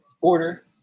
order